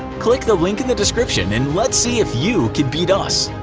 click the link in the description and let's see if you can beat us!